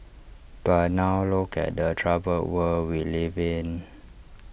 but now look at the troubled world we live in